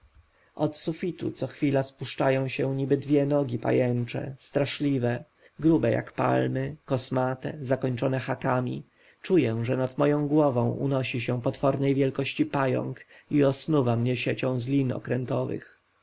sufitu co chwilę spuszczają się niby dwie nogi pajęcze straszliwe grube jak palmy kosmate zakończone hakami czuję że nad moją głową unosi się potwornej wielkości pająk i osnuwa mnie siecią z lin okrętowych